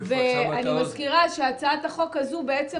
ואני מזכירה שהצעת החוק הזאת בעצם